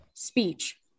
Speech